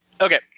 Okay